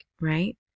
right